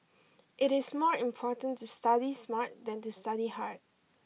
it is more important to study smart than to study hard